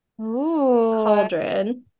cauldron